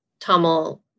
Tamil